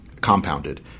compounded